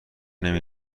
نمی